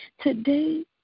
today